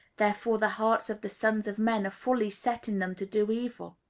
therefore the hearts of the sons of men are fully set in them to do evil.